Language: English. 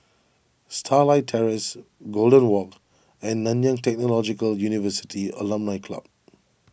Starlight Terrace Golden Walk and Nanyang Technological University Alumni Club